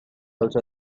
also